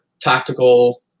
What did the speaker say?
tactical